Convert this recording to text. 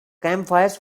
campfires